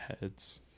heads